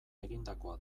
egindakoa